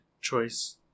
choice